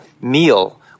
meal